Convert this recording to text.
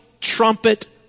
trumpet